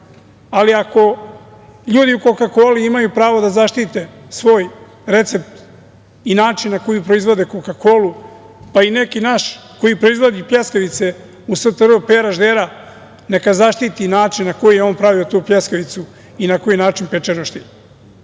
Ali ako ljudi u „Koka-koli“ imaju pravo da zaštite svoj recept i način na koji proizvode „koka-kolu“, pa i neki naš koji proizvodi pljeskavice u STR „Pera Ždera“, neka zaštiti način na koji je on pravio tu pljeskavicu i na koji način peče roštilj. Ali